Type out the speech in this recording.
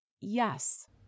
Yes